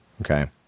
Okay